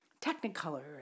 Technicolor